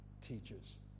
teaches